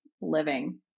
living